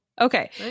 Okay